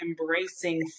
embracing